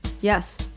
yes